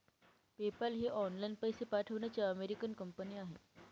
PayPal ही online पैसे पाठवण्याची अमेरिकन कंपनी आहे